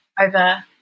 over